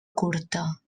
curta